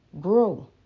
Grow